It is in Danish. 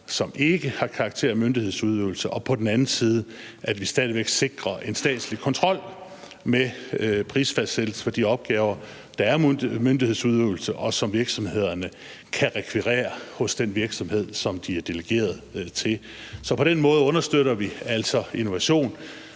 som ikke har karakter af myndighedsudøvelse, og på den anden side stadig væk sikrer en statslig kontrol med prisfastsættelsen for de opgaver, der er myndighedsudøvelse, som virksomhederne kan rekvirere hos den virksomhed, de er delegeret til. På den måde understøtter vi altså innovation